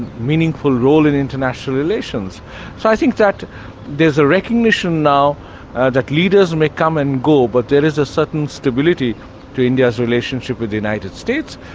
meaningful role in international relations. so i think that there's a recognition now that leaders and may come and go, but there is a certain stability to india's relationship with the united states,